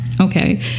okay